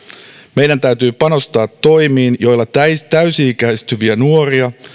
meidän täytyy panostaa toimiin joilla täysi täysi ikäistyviä nuoria